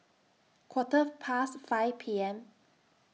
Quarter Past five P M